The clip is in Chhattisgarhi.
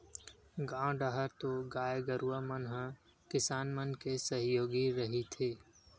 गाँव डाहर तो गाय गरुवा मन ह किसान मन के सहयोगी रहिथे